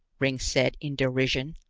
ringg said in derision.